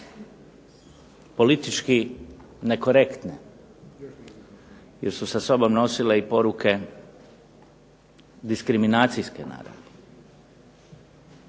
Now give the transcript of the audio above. politički nekorektne jer su sa sobom nosile i poruke diskriminacijske naravi,